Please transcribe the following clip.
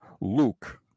Luke